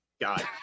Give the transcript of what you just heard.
God